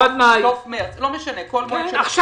עכשיו.